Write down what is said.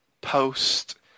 post-